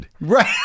Right